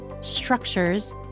structures